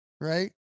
right